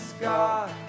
God